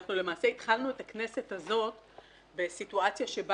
למעשה התחלנו את הכנסת הזאת בסיטואציה שבה